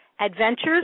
Adventures